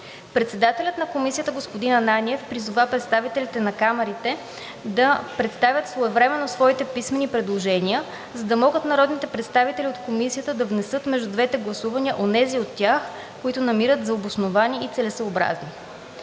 Председателят на Комисията господин Ананиев призова представителите на камарите да представят своевременно своите писмени предложения, за да могат народните представители от Комисията да внесат между двете гласувания онези от тях, които намират за обосновани и целесъобразни.